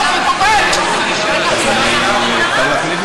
אפשר להחליף